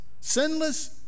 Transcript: Sinless